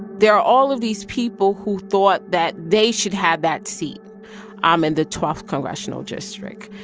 there are all of these people who thought that they should have that seat um in the twelfth congressional district.